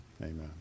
Amen